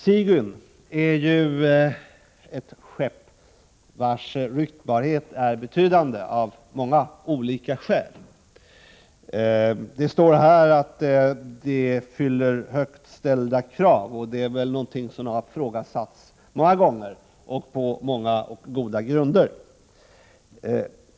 Sigyn är ju ett skepp vars ryktbarhet är betydande, av många olika skäl. Det står i svaret att fartyget fyller högt ställda krav, och det är någonting som har ifrågasatts många gånger och på många och goda grunder.